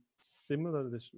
similar